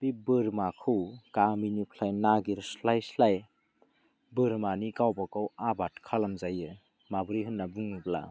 बे बोरमाखौ गामिनिफ्राय नागिरस्लाय स्लाय बोरमानि गावबा गाव आबाद खालामजायो माबोरै होनना बुङोब्ला